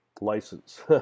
license